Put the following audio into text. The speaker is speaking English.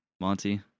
Monty